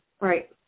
Right